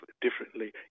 differently